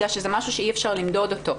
כי זה משהו שאי אפשר למדוד אותו,